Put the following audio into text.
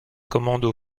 commando